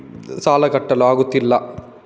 ಸಾಲ ಕಟ್ಟಲು ಆಗುತ್ತಿಲ್ಲ